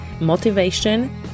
motivation